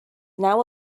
now